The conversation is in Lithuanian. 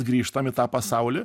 grįžtam į tą pasaulį